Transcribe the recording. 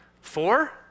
Four